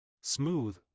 Smooth